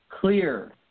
clear